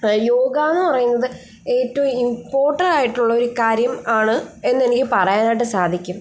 യോഗ എന്ന് പറയുന്നത് ഏറ്റവും ഇമ്പോർട്ടൻ ആയിട്ടുള്ള ഒരു കാര്യം ആണ് എന്ന് എനിക്ക് പറയാനായിട്ട് സാധിക്കും